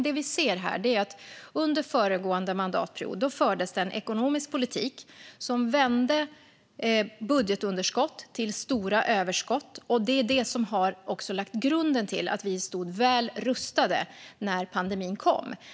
Det vi ser är att det under föregående mandatperiod fördes en ekonomisk politik som vände budgetunderskott till stora överskott. Det är också detta som har lagt grunden till att vi stod väl rustade när pandemin kom.